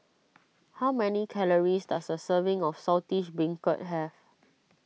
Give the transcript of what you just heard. how many calories does a serving of Saltish Beancurd have